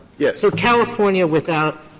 yeah so california without